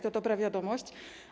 To dobra wiadomość.